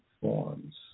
forms